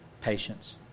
patience